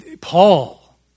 Paul